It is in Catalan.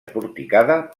porticada